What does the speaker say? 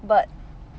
but